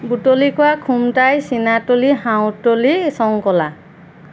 বুটলি কোৱা খুমতাই চিনাতলি হাউতলি শংকলা